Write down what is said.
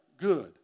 good